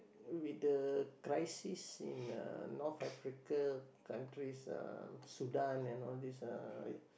with the crisis in uh North Africa countries uh Sudan and all this uh